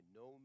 no